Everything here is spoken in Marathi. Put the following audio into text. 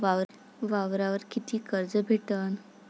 वावरावर कितीक कर्ज भेटन?